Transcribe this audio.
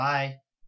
Bye